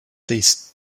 these